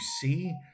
see